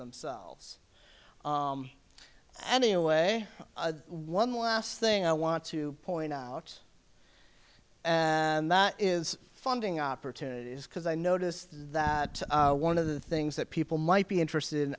themselves anyway one last thing i want to point out and that is funding opportunities because i noticed that one of the things that people might be interested in